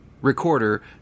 recorder